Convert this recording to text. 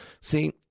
See